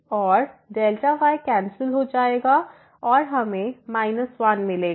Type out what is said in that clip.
और yकैंसिल हो जाएगा और हमें माइनस 1 मिलेगा